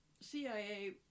CIA